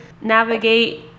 navigate